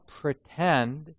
pretend